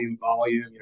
volume